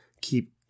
keep